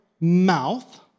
mouth